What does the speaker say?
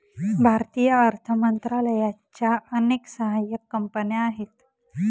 भारतीय अर्थ मंत्रालयाच्या अनेक सहाय्यक कंपन्या आहेत